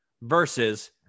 versus